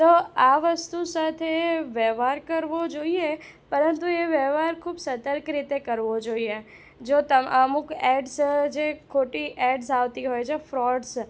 તો આ વસ્તુ સાથે વ્યવહાર કરવો જોઈએ પરંતુ એ વ્યવહાર ખૂબ સતર્ક રીતે કરવો જોઈએ જો તમ અમુક ખોટી એડ્સ ખોટી એડ્સ આવતી હોય છે ફ્રોડ્સ